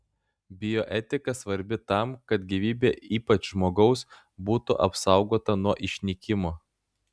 bioetika svarbi tam kad gyvybė ypač žmogaus būtų apsaugota nuo išnykimo